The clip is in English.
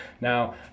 Now